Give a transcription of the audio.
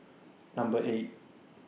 Number eight